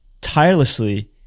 tirelessly